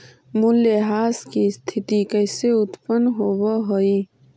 मूल्यह्रास की स्थिती कैसे उत्पन्न होवअ हई?